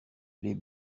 les